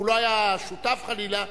הוא לא היה שותף להם חלילה,